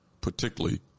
particularly